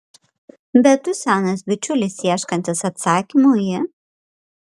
bet tu senas bičiulis ieškantis atsakymų į